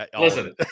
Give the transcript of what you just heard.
listen